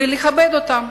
ולכבד אותם,